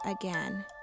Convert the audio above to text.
again